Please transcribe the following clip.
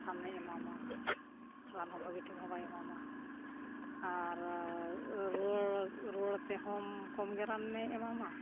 ᱨᱟᱱᱮ ᱮᱢᱟᱢᱟ ᱨᱟᱱ ᱦᱚᱸ ᱵᱷᱟᱹᱜᱮ ᱴᱷᱤᱠ ᱦᱚᱸ ᱵᱟᱭ ᱮᱢᱟᱢᱟ ᱟᱨ ᱨᱩᱣᱟᱹᱲ ᱨᱩᱣᱟᱹᱲ ᱛᱮᱦᱚᱸᱢ ᱠᱚᱢᱜᱮ ᱨᱟᱱᱮ ᱮᱢᱟᱢᱟ